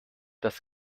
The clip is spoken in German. das